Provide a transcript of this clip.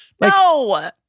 No